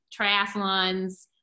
triathlons